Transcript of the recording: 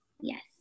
Yes